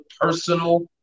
personal